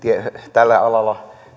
tällä alalla